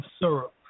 syrup